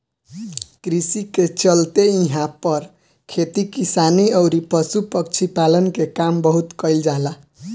कृषि के चलते इहां पर खेती किसानी अउरी पशु पक्षी पालन के काम बहुत कईल जाला